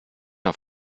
auf